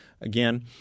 Again